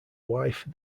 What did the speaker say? wife